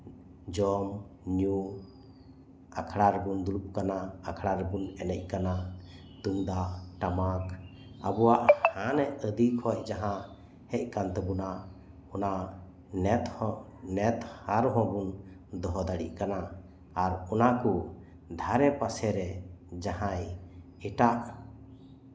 ᱡᱚᱢ ᱧᱩ ᱟᱠᱷᱲᱟ ᱨᱮᱵᱚᱱ ᱫᱩᱲᱩᱵᱽ ᱠᱟᱱᱟ ᱟᱠᱷᱲᱟ ᱨᱮᱵᱚᱱ ᱮᱱᱮᱡ ᱠᱟᱱᱟ ᱛᱩᱢᱫᱟᱜ ᱴᱟᱢᱟᱠ ᱟᱵᱚᱣᱟᱜ ᱦᱟᱱᱮ ᱟᱹᱰᱤ ᱠᱷᱚᱡ ᱡᱟᱸᱦᱟ ᱦᱮᱡ ᱟᱱ ᱛᱟᱵᱳᱱᱟ ᱚᱱᱟ ᱱᱤᱛ ᱦᱚᱸ ᱱᱤᱛ ᱦᱟᱨ ᱵᱟᱵᱚᱱ ᱫᱚᱦᱚ ᱫᱟᱲᱮᱭᱟᱜ ᱠᱟᱱᱟ ᱟᱨ ᱚᱱᱟ ᱠᱚ ᱟᱲᱮ ᱯᱟᱥᱮᱨᱮ ᱡᱟᱸᱦᱟᱭ ᱮᱴᱟᱜ